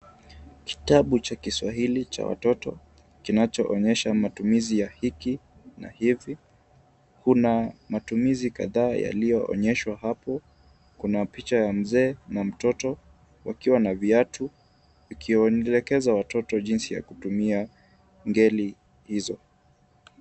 Kitabu cha kiswahili cha watoto kinachoonyesha matumizi ya hiki na hivi . Kuna matumizi kadhaa yaliyoonyeshwa hapo . Kuna picha ya mzee na mtoto wakiwa na viatu ikielekeza watoto jinsi ya kutumia ngeli hizo.